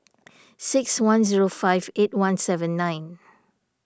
six one zero five eight one seven nine